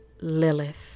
Lilith